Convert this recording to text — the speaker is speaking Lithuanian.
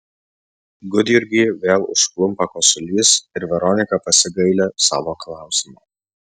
gudjurgį vėl užklumpa kosulys ir veronika pasigaili savo klausimo